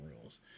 rules